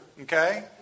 okay